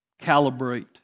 Calibrate